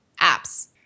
apps